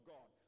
God